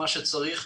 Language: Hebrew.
מה שצריך,